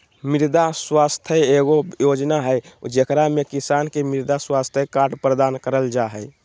मृदा स्वास्थ्य एगो योजना हइ, जेकरा में किसान के मृदा स्वास्थ्य कार्ड प्रदान कइल जा हइ